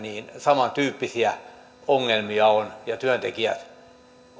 samantyyppisiä ongelmia on ja että työntekijät